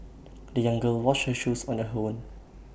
the young girl washed her shoes on her own